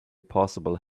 possible